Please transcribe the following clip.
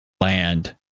land